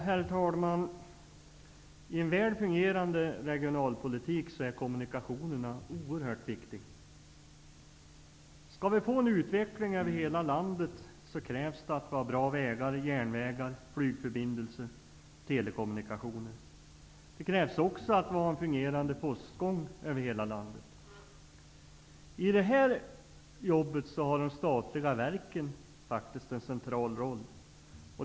Herr talman! I en väl fungerande regionalpolitik är kommunikationerna oerhört viktiga. Skall vi få en utveckling över hela landet, krävs det att vi har bra vägar, järnvägar, flygförbindelser och telekommunikationer. Det krävs också att vi har en fungerande postgång över hela landet. I detta hänseende har de statliga verken en central roll.